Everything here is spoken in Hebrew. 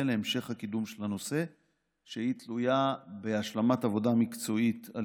להמשך הקידום של הנושא שתלוי בהשלמת עבודה מקצועית על